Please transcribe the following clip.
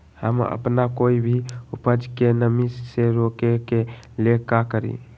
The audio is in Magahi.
हम अपना कोई भी उपज के नमी से रोके के ले का करी?